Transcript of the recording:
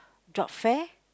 job fair